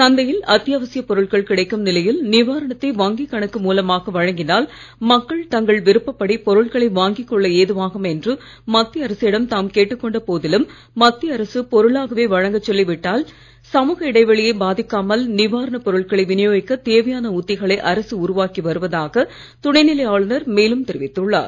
சந்தையில் அத்தியாவசியப் பொருட்கள் கிடைக்கும் நிலையில் நிவாரணத்தை வங்கி கணக்கு மூலமாக வழங்கினால் மக்கள் தங்கள் விருப்பப்படி பொருட்களை வாங்கி கொள்ள ஏதுவாகும் என்று மத்திய அரசிடம் தாம் கேட்டுக் கொண்ட போதிலும் மத்திய அரசு பொருளாகவே வழங்கச் சொல்லி விட்டதால் சமூக இடைவெளியை பாதிக்காமல் நிவாரணப் பொருட்களை விநியோகிக்க தேவையான உத்திகளை அரசு உருவாக்கி வருவதாக துணைநிலை ஆளுநர் மேலும் தெரிவித்துள்ளார்